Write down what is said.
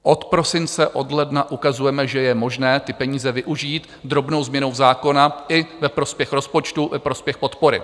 Od prosince, od ledna ukazujeme, že je možné ty peníze využít drobnou změnou zákona i ve prospěch rozpočtu, ve prospěch podpory.